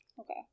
Okay